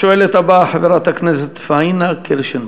השואלת הבאה, חברת הכנסת פניה קירשנבאום.